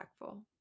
impactful